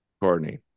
Courtney